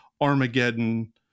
Armageddon